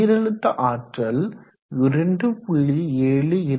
நீரழுத்த ஆற்றல் 2